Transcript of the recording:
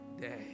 day